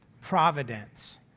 providence